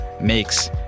makes